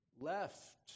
left